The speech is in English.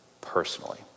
Personally